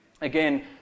Again